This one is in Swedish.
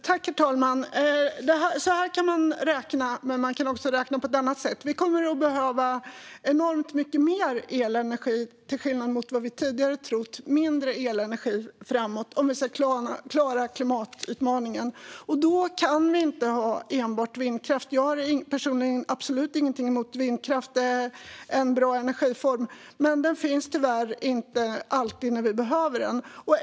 Herr talman! Så här kan man räkna, men man kan också räkna på ett annat sätt. Vi kommer framöver att behöva enormt mycket mer elenergi till skillnad från vad vi tidigare trott - mindre elenergi - om vi ska klara klimatutmaningen. Då kan vi inte ha enbart vindkraft. Jag har personligen absolut ingenting emot vindkraft. Det är en bra energiform. Men den finns tyvärr inte alltid när vi behöver den.